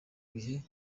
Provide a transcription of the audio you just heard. bihe